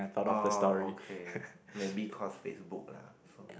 oh okay maybe cause FaceBook lah so